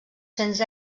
cents